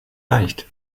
leicht